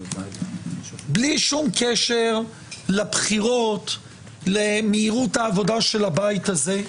בלי שום קשר לבחירות, למהירות העבודה של הבית הזה,